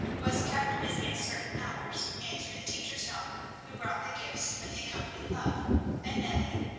was kept busy at certain hours answering the teacher's knock who brought the gifts and the accompanying love and nellie,